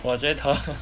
我觉得